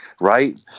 right